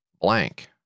blank